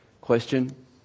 Question